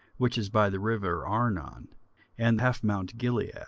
which is by the river arnon, and half mount gilead,